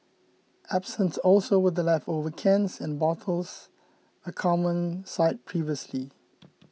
absent also were the leftover cans and bottles a common sight previously